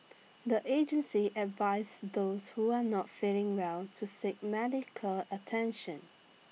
the agency advised those who are not feeling well to seek medical attention